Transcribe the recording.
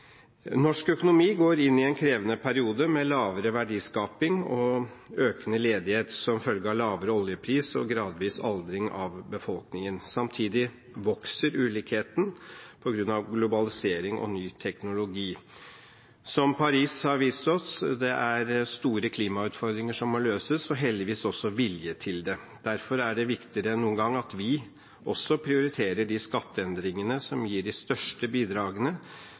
Norsk økonomi går inn i en krevende periode med lavere verdiskaping og økende ledighet som følge av lavere oljepris og gradvis aldring i befolkningen. Samtidig vokser ulikheten på grunn av globalisering og ny teknologi. Som Paris har vist oss: Det er store klimautfordringer som må løses, og heldigvis også vilje til det. Derfor er det viktigere enn noen gang at vi også prioriterer de skatteendringene som gir de største bidragene